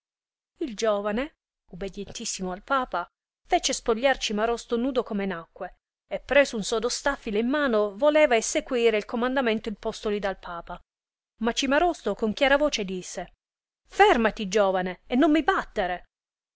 il giovane ubedientissimo al papa fece spogliar cimarosto nudo come nacque e preso un sodo staffile in mano voleva essequire il comandamento impostoli dal papa ma cimarosto con chiara voce disse fermati giovane e non mi battere